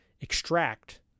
extract